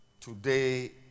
today